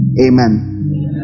Amen